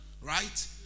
Right